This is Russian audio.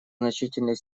значительной